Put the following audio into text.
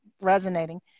resonating